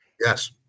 Yes